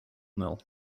mill